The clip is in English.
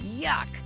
Yuck